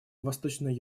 восточной